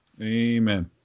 Amen